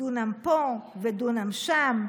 "דונם פה ודונם שם,